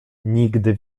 nigdy